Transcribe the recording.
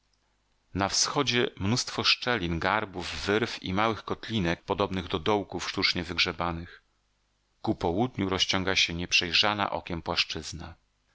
na wschodzie mnóstwo szczelin garbów wyrw i małych kotlinek podobnych do dołków sztucznie wygrzebanych ku południu rozciąga się nieprzejrzana okiem płaszczyzna